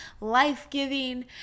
life-giving